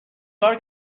کار